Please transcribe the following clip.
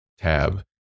tab